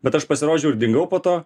bet aš pasirodžiau ir dingau po to